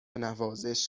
نوازش